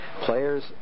Players